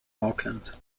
auckland